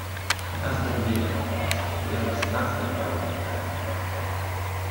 mes dar mylime pavasarių ievas mes dar norime gyventi kartu